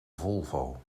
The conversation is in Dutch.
volvo